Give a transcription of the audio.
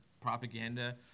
propaganda